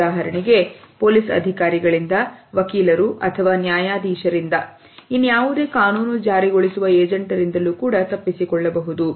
ಉದಾಹರಣೆಗೆ ಪೊಲೀಸ್ ಅಧಿಕಾರಿಗಳಿಂದ ವಕೀಲರು ಅಥವಾ ನ್ಯಾಯಾಧೀಶರಿಂದ ಇನ್ಯಾವುದೇ ಕಾನೂನು ಜಾರಿಗೊಳಿಸುವ ಏಜೆಂಟರಿಂದ ತಪ್ಪಿಸಿಕೊಳ್ಳಬಹುದು